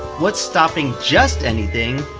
what's stopping just anything,